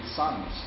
sons